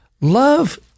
Love